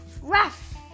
ruff